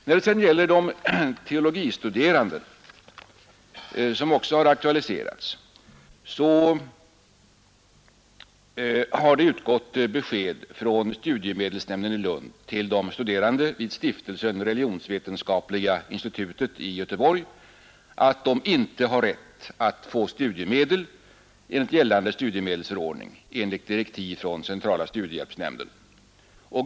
När det sedan gäller de teologistuderande, som också har aktualiserats, har det utgått besked från studiemedelshämnden i Lund till de studerande vid Stiftelsen Religionsvetenskapliga institutet i Göteborg att de, enligt direktiv från centrala studiehjälpsnämnden, inte har rätt att få studiemedel enligt gällande studiemedelsförordning.